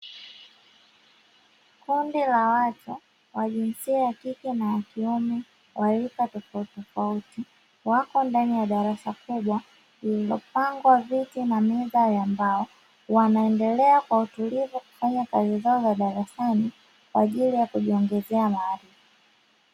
Kundi la watu wa jinsia ya kike na ya kiume wa rika tofautitofauti, wako ndani ya darasa kubwa lililopangwa viti na meza ya mbao, wanaendelea kwa utulivu kufanya kazi zao za darasani kwa ajili ya kujiongezea maarifa.